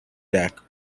deck